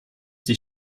die